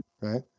right